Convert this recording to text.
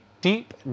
deep